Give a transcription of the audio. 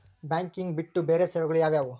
Banking ಬಿಟ್ಟು ಬೇರೆ ಸೇವೆಗಳು ಯಾವುವು?